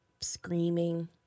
screaming